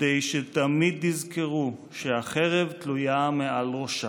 כדי שתמיד יזכרו שהחרב תלויה מעל ראשם.